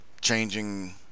changing